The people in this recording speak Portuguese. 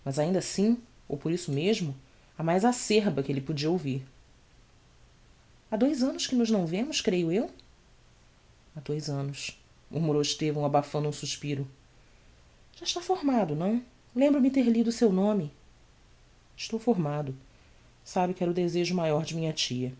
ainda assim ou por isso mesmo a mais acerba que elle podia ouvir ha dous annos que nos não vemos creio eu ha dous annos murmurou estevão abafando um suspiro já está formado não lembra-me ter lido o seu nome estou formado sabe que era o desejo maior de minha tía